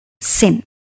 sin